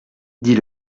dit